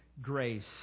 grace